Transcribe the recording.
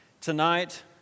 Tonight